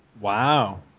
Wow